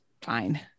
fine